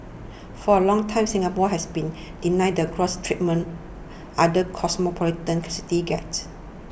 for a long time Singapore has been denied the gloss treatment other cosmopolitan cities get